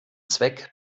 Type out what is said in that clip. zweck